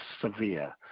severe